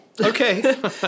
Okay